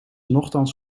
nochtans